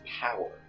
power